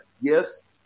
yes